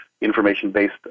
information-based